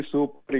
Super